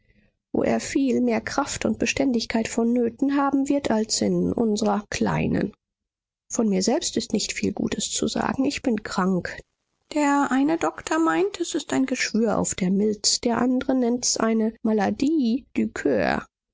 wo er viel mehr kraft und beständigkeit vonnöten haben wird als in unsrer kleinen von mir selbst ist nicht viel gutes zu sagen ich bin krank der eine doktor meint es ist ein geschwür auf der milz der andre nennt's eine maladie du cur die